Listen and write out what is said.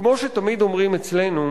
וכמו שתמיד אומרים אצלנו,